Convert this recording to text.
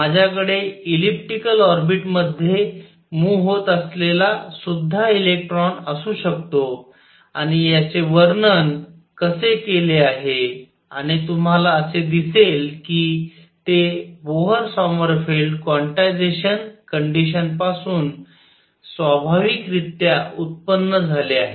माझ्याकडे elliptical orbit मध्ये move होत असलेला सुद्धा इलेक्ट्रॉन असू शकतो आणि ह्यांचे वर्णन कसे केले आहे आणि तुम्हाला असे दिसेल की ते बोहर सॉमरफेल्ड क्वांटायझेशन कंडिशन पासून स्वाभाविकरीत्या उत्पन्न झाले आहेत